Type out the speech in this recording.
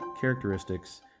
characteristics